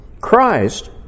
Christ